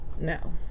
No